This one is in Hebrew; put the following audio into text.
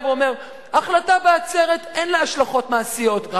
ואומר: החלטה בעצרת אין לה השלכות מעשיות,